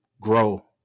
grow